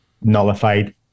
nullified